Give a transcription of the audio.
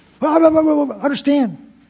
Understand